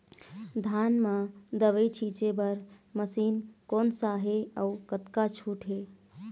धान म दवई छींचे बर मशीन कोन सा हे अउ कतका छूट हे?